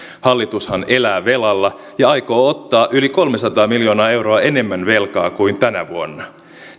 hallitushan elää velalla ja aikoo ottaa yli kolmesataa miljoonaa euroa enemmän velkaa kuin tänä vuonna